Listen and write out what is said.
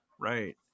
Right